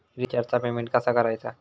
रिचार्जचा पेमेंट कसा करायचा?